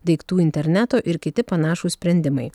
daiktų interneto ir kiti panašūs sprendimai